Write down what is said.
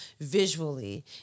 visually